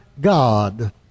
God